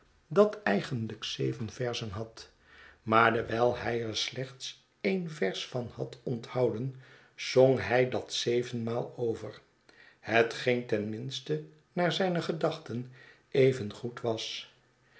dat eigenlijk zeven verzen had maar dewijl hij er slechts e'en vers van had onthouden zong hij dat zevenmaal over hetgeen ten minste naar zijne gedachten evengoed was